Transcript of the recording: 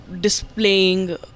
displaying